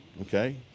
Okay